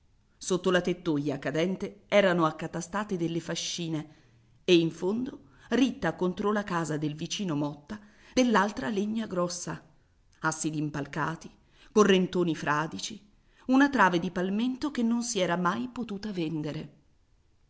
sotto la tettoia cadente erano accatastate delle fascine e in fondo ritta contro la casa del vicino motta dell'altra legna grossa assi d'impalcati correntoni fradici una trave di palmento che non si era mai potuta vendere